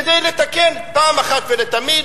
כדי לתקן פעם אחת ולתמיד,